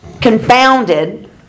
confounded